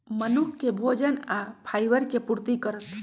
मनुख के भोजन आ फाइबर के पूर्ति करत